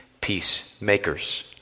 peacemakers